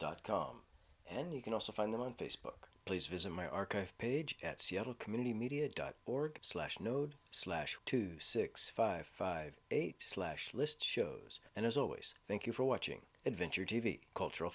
dot com and you can also find them on facebook please visit my archive page at seattle community media dot org slash node slash two six five five eight slash list shows and as always thank you for watching adventure t v cultural